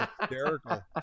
hysterical